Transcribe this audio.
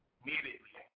immediately